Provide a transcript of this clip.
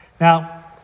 Now